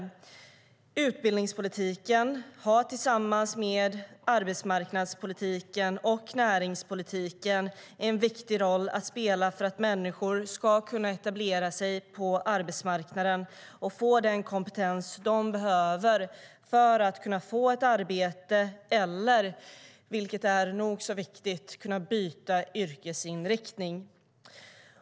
Utbildningspolitiken har tillsammans med arbetsmarknadspolitiken och näringspolitiken en viktig roll att spela för att människor ska kunna etablera sig på arbetsmarknaden och få den kompetens de behöver för att få ett arbete eller - vilket är nog så viktigt - byta yrkesinriktning.